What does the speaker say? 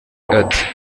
ati